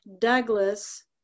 Douglas